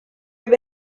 have